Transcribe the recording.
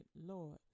Lord